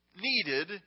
needed